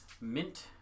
mint